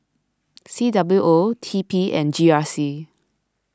C W O T P and G R C